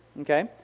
okay